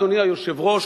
אדוני היושב-ראש,